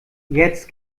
jetzt